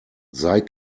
sei